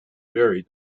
very